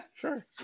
sure